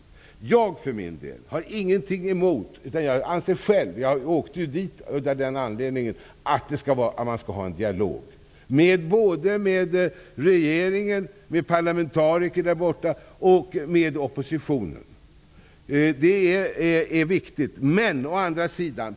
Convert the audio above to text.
Jag har för min del ingenting emot en dialog -- jag åkte själv dit av den anledningen. Jag anser att det skall föras en dialog både med regeringen, med parlamentariker och med oppositionen. Det är viktigt.